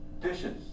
dishes